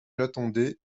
j’attendais